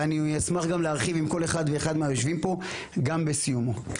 ואני אשמח גם להרחיב עם כל אחד ואחת מהיושבים פה גם בסיומו.